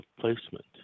placement